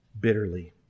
bitterly